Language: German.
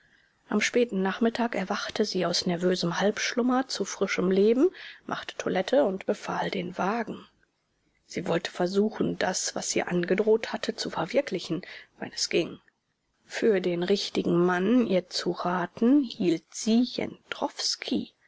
am späten nachmittag erwachte sie aus nervösem halbschlummer zu frischem leben machte toilette und befahl den wagen sie wollte versuchen das was sie angedroht hatte zu verwirklichen wenn es ging für den richtigen mann ihr zu raten hielt sie